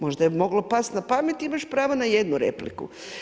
Možda je moglo past na pamet imaš pravo na jednu repliku.